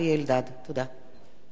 תודה רבה לך, מזכירת הכנסת.